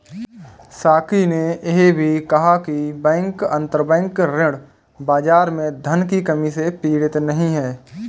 साकी ने यह भी कहा कि बैंक अंतरबैंक ऋण बाजार में धन की कमी से पीड़ित नहीं हैं